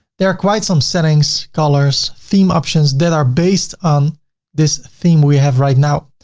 there are quite some settings, colors, theme options that are based on this theme we have right now.